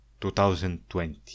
2020